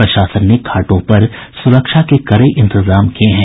प्रशासन ने घाटों पर सुरक्षा के कड़े इंतजाम किये हैं